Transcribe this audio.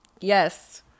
Yes